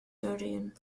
doreen